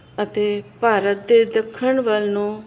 ਅਤੇ ਭਾਰਤ ਦੇ ਦੱਖਣ ਵੱਲ ਨੂੰ